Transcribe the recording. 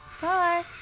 Bye